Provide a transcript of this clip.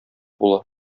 була